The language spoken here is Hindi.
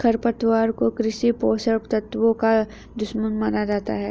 खरपतवार को कृषि पोषक तत्वों का दुश्मन माना जाता है